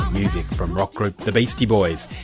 music from rock group the beastie boys.